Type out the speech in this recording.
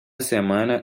semana